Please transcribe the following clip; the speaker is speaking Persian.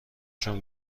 جون